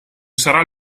sarà